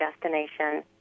destination